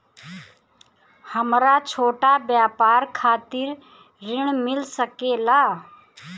हमरा छोटा व्यापार खातिर ऋण मिल सके ला?